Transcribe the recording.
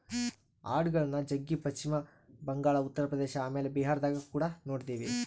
ಆಡುಗಳ್ನ ಜಗ್ಗಿ ಪಶ್ಚಿಮ ಬಂಗಾಳ, ಉತ್ತರ ಪ್ರದೇಶ ಆಮೇಲೆ ಬಿಹಾರದಗ ಕುಡ ನೊಡ್ತಿವಿ